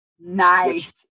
Nice